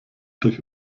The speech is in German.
durch